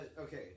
Okay